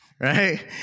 right